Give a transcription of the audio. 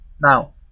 Now